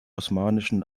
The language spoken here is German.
osmanischen